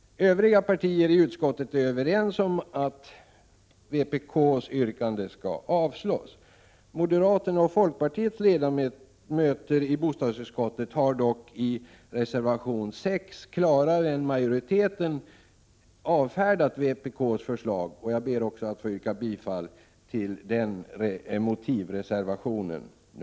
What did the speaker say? Övriga partier i bostadsutskottet är överens om att vpk:s yrkande skall avstyrkas. Moderaternas och folkpartiets ledamöter i utskottet har dock i reservation 6 klarare än majoriteten avfärdat vpk:s förslag. Jag ber därför att få yrka bifall till den motivreservationen.